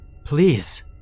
Please